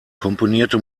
komponierte